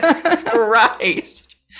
Christ